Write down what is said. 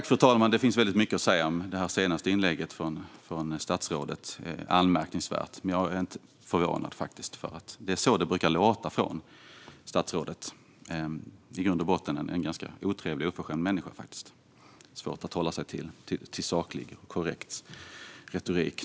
Fru talman! Det finns väldigt mycket att säga om det senaste inlägget från statsrådet. Det är anmärkningsvärt. Men jag är inte förvånad för det är så det brukar låta från statsrådet, en i grund och botten ganska otrevlig och oförskämd människa som har svårt att hålla sig till saklig och korrekt retorik.